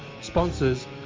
sponsors